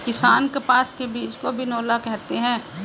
किसान कपास के बीज को बिनौला कहते है